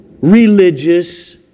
religious